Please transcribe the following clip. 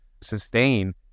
sustain